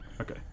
Okay